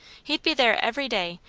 he'd be there every day,